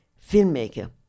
filmmaker